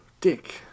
Dick